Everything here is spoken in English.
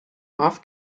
off